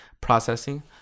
processing